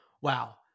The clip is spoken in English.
Wow